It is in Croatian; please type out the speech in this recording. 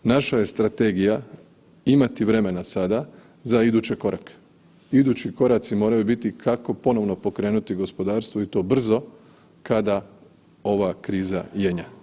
Naša je strategija imati vremena sada za iduće korake, idući koraci moraju biti kako ponovno pokrenuti gospodarstvo i to brzo kada ova kriza jenja.